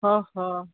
ହଁ ହଁ